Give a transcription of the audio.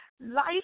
Life